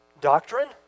doctrine